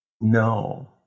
No